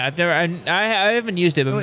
i i haven't used it.